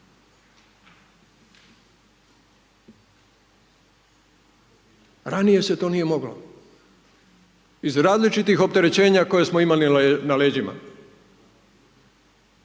Ranije se to nije moglo, iz različitih opterećenja koje smo imali na leđima.